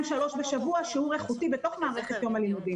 שלוש בשבוע שיעורי איכותי בתוך המערכת וביום הלימודים,